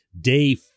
day